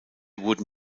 wurden